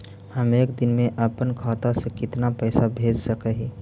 हम एक दिन में अपन खाता से कितना पैसा भेज सक हिय?